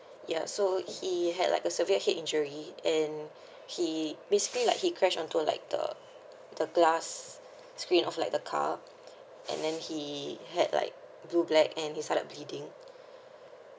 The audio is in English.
ya so he had like a severe head injury and he basically like he crash onto like the the glass screen of like the car and then he had like blue black and he's kind of bleeding